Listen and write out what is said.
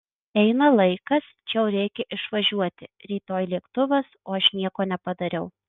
eina laikas čia jau reikia išvažiuoti rytoj lėktuvas o aš nieko nepadariau